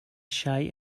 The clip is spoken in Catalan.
xai